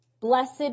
Blessed